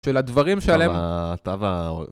של הדברים שעליהם...